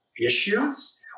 issues